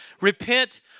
Repent